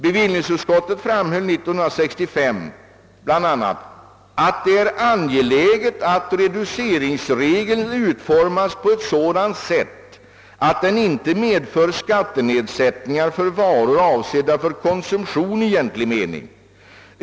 Bevillningsutskottet framhöll 1965 bl.a. att det är angeläget att reduceringsregeln utformas på ett sådant sätt, att den inte medför skattenedsättningar för varor avsedda för konsumtion i egentlig mening.